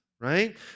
Right